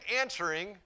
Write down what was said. answering